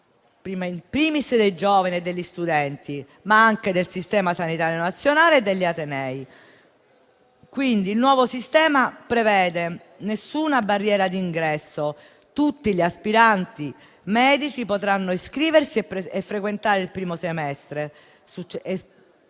*in primis* dei giovani e degli studenti, ma anche del Sistema sanitario nazionale e degli atenei. Il nuovo sistema prevede che non vi sia alcuna barriera di ingresso, che tutti gli aspiranti medici potranno iscriversi e frequentare il primo semestre